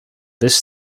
this